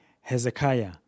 Hezekiah